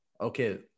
Okay